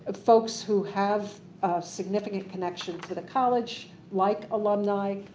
but folks who have significant connection to the college, like alumni,